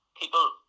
People